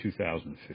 2015